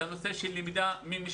אתמול את הנושא של למידה במשמרות,